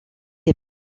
est